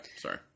sorry